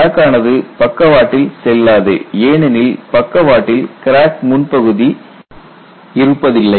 crack ஆனது பக்கவாட்டில் செல்லாது ஏனெனில் பக்கவாட்டில் கிராக் முன்பகுதி இருப்பதில்லை